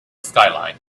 skyline